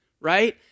right